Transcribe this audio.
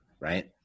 right